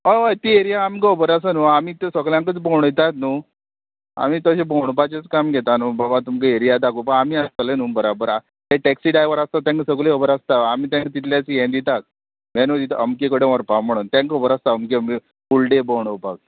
हय हय ती एरिया आमकां खबर आसा न्हू आमी तें सगल्यांकच भोंवडोयतात न्हू आमी तशें भोंवडपाचेंच काम घेता न्हू बाबा तुमकां एरिया दाखोवपा आमी आसतलें न्हू बराबर आहा तें टॅक्सी ड्रायवर आसता तेंका सगळें खबर आसता आमी तांकां तितलेंच हें दिता मेनू दिता अमके कडेन व्हरपा म्हणून तांकां खबर आसता अमकें फूल डे भोंवडोपाक